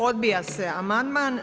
Odbija se amandman.